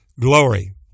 glory